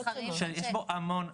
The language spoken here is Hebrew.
שיש בו המון,